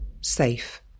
safe